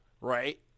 right